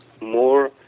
more